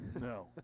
No